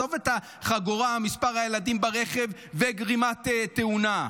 עזוב את החגורה, מספר הילדים ברכב וגרימת תאונה.